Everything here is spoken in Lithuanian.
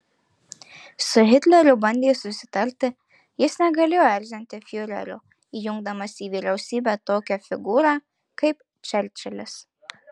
su hitleriu bandė susitarti jis negalėjo erzinti fiurerio įjungdamas į vyriausybę tokią figūrą kaip čerčilis